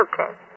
Okay